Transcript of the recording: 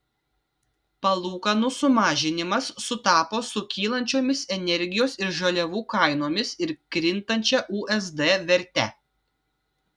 palūkanų sumažinimas sutapo su kylančiomis energijos ir žaliavų kainomis ir krintančia usd verte